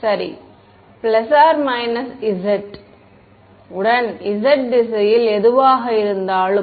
மாணவர் சரி ± z உடன் z திசையில் எதுவாக இருந்தாலும்